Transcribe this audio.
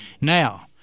Now